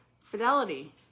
Fidelity